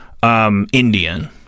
Indian